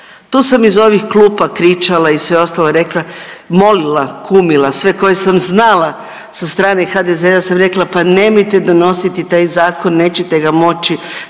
Tu sam iz ovih klupa kričala i sve ostalo i rekla, molila, kumila sve koje sam znala sa strane HDZ-a ja sam rekla pa nemojte donositi taj zakon, nećete ga moći,